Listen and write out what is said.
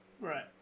Right